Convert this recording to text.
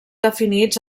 definits